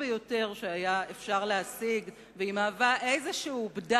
ביותר שהיה אפשר להשיג ויש בה תקווה לעתיד.